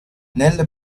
nelle